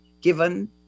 given